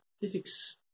physics